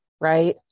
right